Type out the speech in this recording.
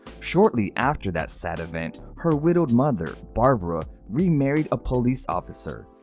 shortly after that sad event, her widowed mother, barbara, remarried a police officer.